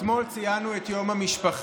אתמול ציינו את יום המשפחה.